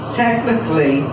technically